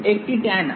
একটি tan আছে